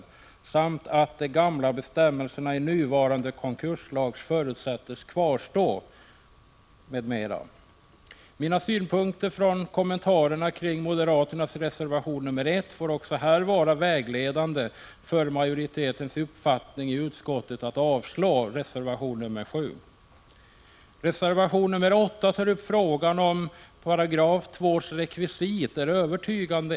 Vidare förutsätts i reservationen bl.a. att de gamla bestämmelserna i nuvarande konkurslag skall kvarstå. Jag vill beträffande reservation 7 anföra samma synpunkter som jag redovisade i fråga om moderaternas reservation 1, och jag yrkar därmed avslag på reservation 7. Reservation 8 tar upp frågan om huruvida de skäl som i propositionen anförs för ett bibehållande av rekvisitet i 2 § är övertygande.